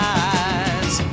eyes